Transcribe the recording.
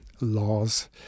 laws